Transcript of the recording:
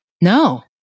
No